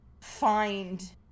find